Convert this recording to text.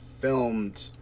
filmed